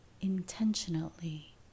intentionally